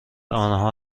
آنها